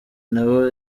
n’abo